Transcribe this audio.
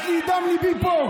מדם ליבי פה.